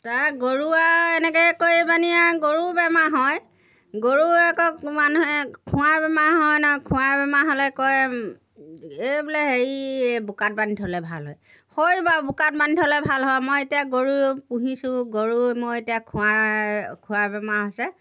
তাৰ গৰু আৰু এনেকৈ কৰি পানি আৰু গৰু বেমাৰ হয় গৰুৱে আকৌ মানুহে খুৰা বেমাৰ হয় ন খুৰা বেমাৰ হ'লে কয় এই বোলে হেৰি বোকাত বান্ধি থ'লে ভাল হয় হয় বাৰু বোকাত বান্ধি থ'লে ভাল হয় মই এতিয়া গৰু পুহিছোঁ গৰু মই এতিয়া খুৰা খুৰা বেমাৰ হৈছে